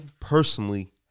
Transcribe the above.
personally